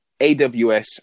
AWS